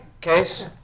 case